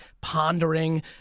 pondering